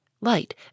light